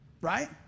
right